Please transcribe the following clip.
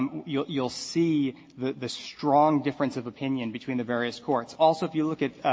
um you'll you'll see the the strong difference of opinion between the various courts. also, if you look at,